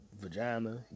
vagina